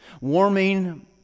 warming